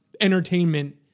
entertainment